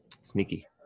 Sneaky